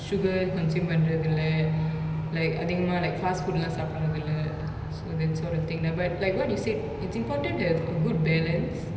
sugar consume பன்ரதில்ல:panrathilla like அதிகமா:athikamaa like fast food lah சாப்புரதிள்ள:saapurathilla so that's all to take note but like what you said it's important to have a good balance